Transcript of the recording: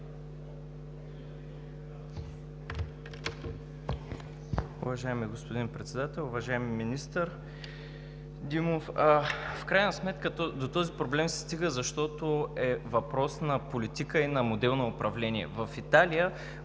Уважаеми господин Председател, уважаеми министър Димов! В крайна сметка до този проблем се достига, защото е въпрос на политика и на модел на управление. В Италия